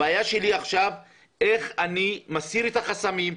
הבעיה שלי עכשיו היא איך אני מסיר את החסמים,